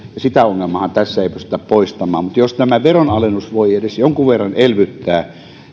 sitä ongelmaahan tässä ei pystytä poistamaan mutta jos tämä veronalennus voi edes jonkun verran elvyttää